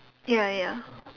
ya ya